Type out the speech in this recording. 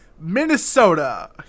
Minnesota